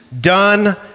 done